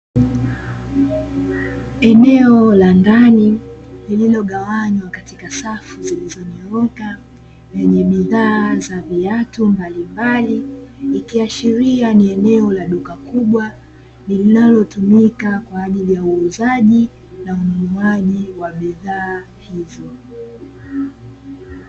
Eneo la ndani lililogawanywa katika safu zilizonyooka, lenye bidhaa za viatu mbalimbali; ikiashiria ni eneo la duka kubwa linalotumika kwa ajili ya uuzaji na ununuaji wa bidhaa hizo.